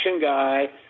guy